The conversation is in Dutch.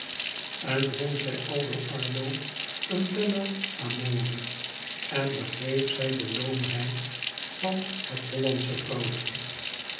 en vond zij aldo ardo un bello amore en begreep zij de loomheid van het hollandsche vrouwtje